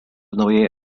naujai